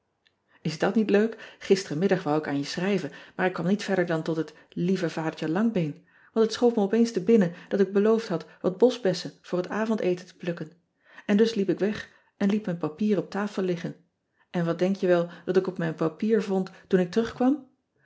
s dat niet leuk isterenmiddag wou ik aan je schrijven maar ik kwam niet verder dan tot het ieve adertje angbeen want het schoot me opeens te binnen dat ik beloofd had wat boschbessen voor het avondeten te plukken n dus liep ik weg en liet mijn papier op tafel ean ebster adertje angbeen liggen n wat denk je wel dat ik op mijn brief vond toen ik terug